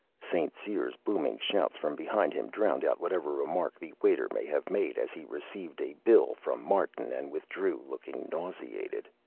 st. cyr's booming shouts from behind him drowned out whatever remark the waiter may have made as he received a bill from martin and withdrew, looking nauseated.